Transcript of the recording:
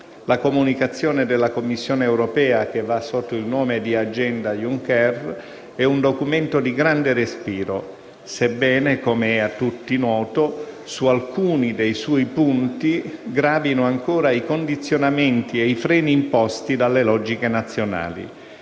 La comunicazione della Commissione europea, che va sotto il nome di agenda Juncker, è un documento di grande respiro, sebbene - come è a tutti noto - su alcuni dei suoi punti gravino ancora i condizionamenti e i freni imposti dalle logiche nazionali.